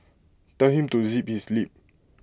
tell him to zip his lip